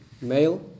Male